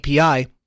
API